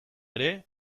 ere